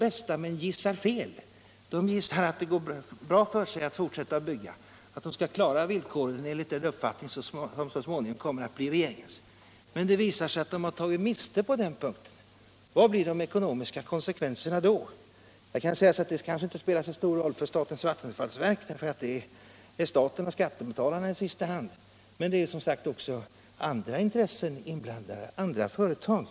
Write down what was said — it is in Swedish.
Om de gissar att det går bra att fortsätta bygga och att de skall klara de villkor som så småningom blir regeringens, men det visar sig att de tagit miste på den punkten, vilka blir de ekonomiska konsekvenserna då? Det kanske inte spelar så stor roll för statens vattenfallsverk, för där är det staten och i sista hand skattebetalarna som får gå emellan. Men det är, som sagt, också andra intressen inblandade, andra företag.